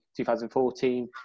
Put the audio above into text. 2014